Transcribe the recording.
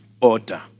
Order